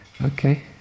Okay